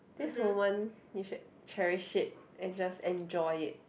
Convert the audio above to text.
this moment you should cherish it and just enjoy it